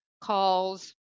calls